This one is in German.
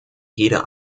jeder